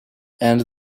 and